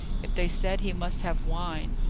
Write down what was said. if they said he must have wine,